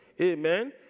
Amen